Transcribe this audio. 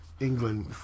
England